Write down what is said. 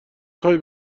خوای